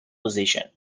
position